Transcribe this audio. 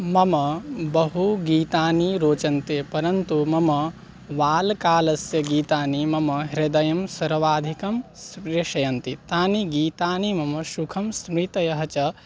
मम बहु गीतानि रोचन्ते परन्तु मम बाल्यकालस्य गीतानि मम हृदयं सर्वाधिकं स्पृशन्ति तानि गीतानि मम सुखं स्मृतयः च